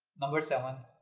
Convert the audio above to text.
number seven,